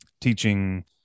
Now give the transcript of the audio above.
teaching